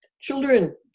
children